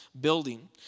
building